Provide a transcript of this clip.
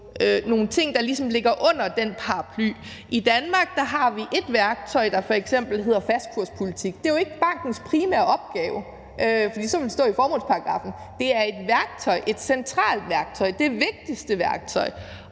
nogle ting, der ligesom ligger under den paraply. I Danmark har vi f.eks. et værktøj, der hedder fastkurspolitik. Det er jo ikke bankens primære opgave, for så ville det stå i formålsparagraffen. Det er et værktøj – et centralt værktøj, det vigtigste værktøj.